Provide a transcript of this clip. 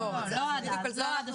לא עד אז, לא עד ה-12 לחודש.